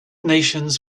nations